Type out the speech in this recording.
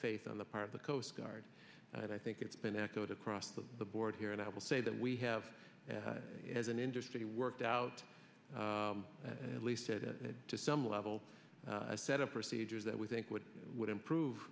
faith on the part of the coast guard and i think it's been echoed across the board here and i will say that we have as an industry worked out and least said to some level set of procedures that we think would would improve